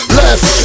left